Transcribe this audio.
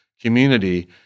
community